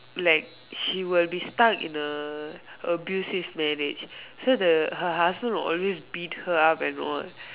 like she will be stuck in a abusive marriage so the her husband will always beat her up and all